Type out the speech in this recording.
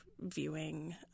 viewing